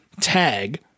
tag